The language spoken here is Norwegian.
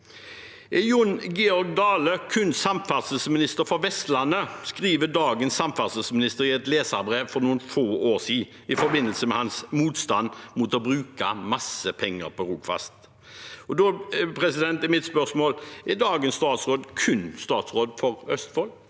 «Er Jon Georg Dale kun samferdselsminister for Vestlandet?» Dette skrev dagens samferdselsminister i et leserbrev for noen få år siden i forbindelse med sin motstand mot å bruke masse penger på Rogfast. Da er mitt spørsmål: Er dagens statsråd kun statsråd for Østfold?